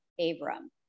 Abram